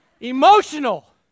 Emotional